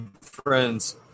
friends